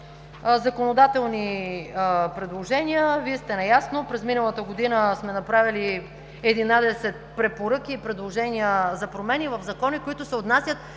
Законодателни предложения. Вие сте наясно – през миналата година сме направили 11 препоръки и предложения за промени в закони, които се отнасят